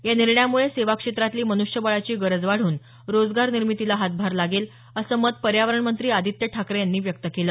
या निर्णयामुळे सेवा क्षेत्रातली मन्ष्य बळाची गरज वाढून रोजगार निर्मितीला हातभार लागेल असं मत पर्यावरणमंत्री आदित्य ठाकरे यांनी व्यक्त केलं